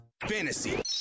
Fantasy